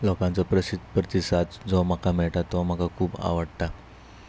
लोकांचो प्रसिद्ध प्रतिसाद जो म्हाका मेळटा तो म्हाका खूब आवडटा